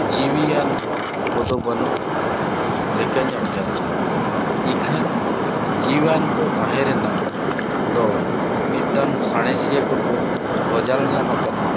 ᱡᱤᱣᱤᱭᱟᱱ ᱠᱚᱫᱚ ᱵᱟᱹᱱᱩᱜ ᱞᱮᱠᱟᱧ ᱟᱴᱠᱟᱨᱮᱫᱟ ᱤᱠᱷᱟᱹᱱ ᱡᱤᱣᱤᱭᱟᱱ ᱠᱚ ᱛᱟᱦᱮᱸ ᱨᱮᱱᱟᱜ ᱫᱚ ᱢᱤᱫᱴᱟᱱ ᱥᱟᱬᱮᱥᱤᱭᱟ ᱠᱚᱠᱚ ᱠᱷᱚᱡᱟᱞ ᱧᱟᱢ ᱠᱟᱫᱟ